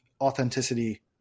authenticity